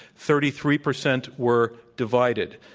thirty three percent were divided.